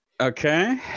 Okay